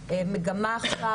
מגמה עכשיו,